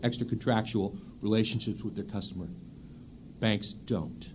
extra contractual relationships with their customer banks don't